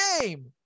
game